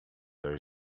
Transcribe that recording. there